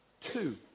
Two